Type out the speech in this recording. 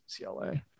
UCLA